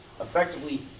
Effectively